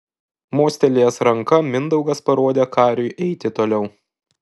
mostelėjęs ranka mindaugas parodė kariui eiti toliau